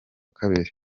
kabiri